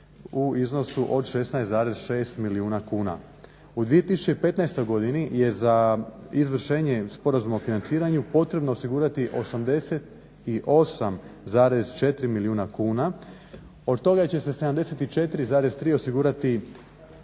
U 2015. godini je za izvršenje Sporazuma o financiranju potrebno osigurati 88,4 milijuna kuna. Od toga će se 74,3 osigurati